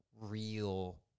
real